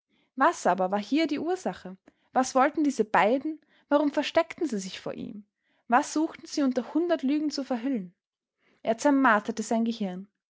was aber war hier die ursache was wollten diese beiden warum versteckten sie sich vor ihm was suchten sie unter hundert lügen zu verhüllen er zermarterte sein gehirn